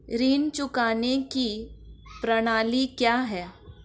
ऋण चुकाने की प्रणाली क्या है?